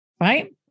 right